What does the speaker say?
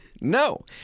no